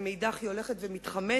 ומאידך גיסא היא הולכת ומתחמשת.